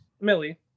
Millie